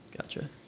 Gotcha